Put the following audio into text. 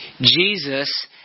Jesus